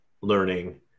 learning